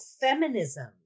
feminism